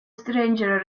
stranger